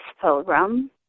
Pilgrim